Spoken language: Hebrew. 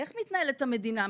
איך מתנהלת המדינה?